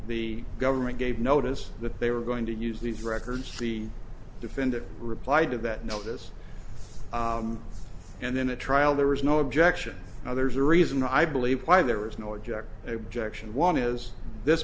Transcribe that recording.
the government gave notice that they were going to use these records the defendant reply to that notice and then a trial there was no objection now there's a reason i believe why there is no object a rejection one is this